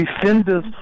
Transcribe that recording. Defenders